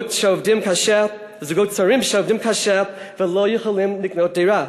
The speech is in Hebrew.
וזוגות צעירים שעובדים קשה ולא יכולים לקנות דירה.